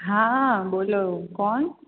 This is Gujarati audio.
હા બોલો કોણ